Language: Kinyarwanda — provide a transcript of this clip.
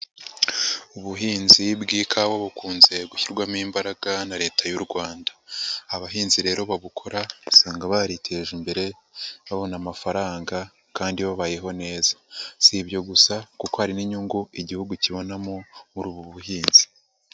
Ubuhinzi bw'ikawa bukunze gushyirwamo imbaraga na Leta y'u Rwanda, abahinzi rero babukora usanga bariteje imbere, babona amafaranga kandi babayeho neza, si ibyo gusa kuko hari n'inyungu Igihugu kibonamo muri ubu buhinzi.